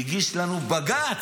הגיש לנו בג"ץ.